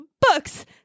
Books